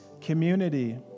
community